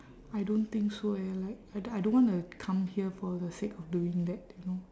I don't think so eh like I d~ I don't wanna come here for the sake of doing that you know